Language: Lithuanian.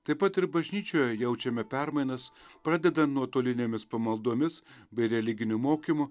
taip pat ir bažnyčioje jaučiame permainas pradedant nuotolinėmis pamaldomis bei religiniu mokymu